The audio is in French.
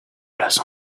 place